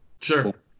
Sure